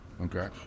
Okay